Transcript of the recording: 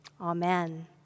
amen